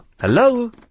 Hello